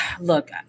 look